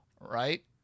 Right